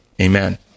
Amen